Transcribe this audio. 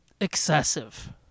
excessive